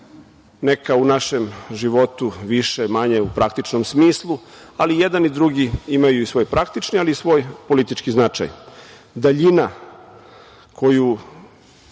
Neka u našem životu više, manje u praktičnom smislu, ali jedan i drugi imaju svoj praktični, ali i svoj politički značaj. Daljina koju